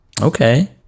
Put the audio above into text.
Okay